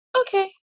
okay